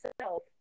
self